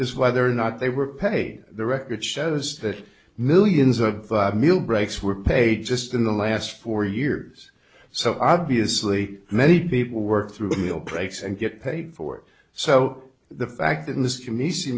is whether or not they were paid the record shows that millions of meal breaks were paid just in the last four years so obviously many people work through the meal breaks and get paid for it so the fact in this